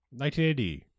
1980